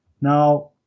Now